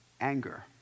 anger